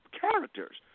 characters